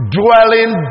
dwelling